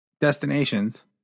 destinations